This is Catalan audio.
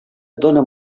dóna